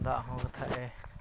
ᱫᱟᱜᱦᱚᱸ ᱦᱚᱲ ᱠᱷᱟᱱᱮ